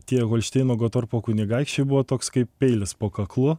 tie holšteino gotorpo kunigaikščiai buvo toks kaip peilis po kaklu